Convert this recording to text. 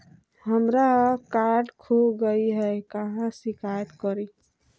हमरा कार्ड खो गई है, कहाँ शिकायत करी?